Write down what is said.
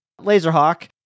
Laserhawk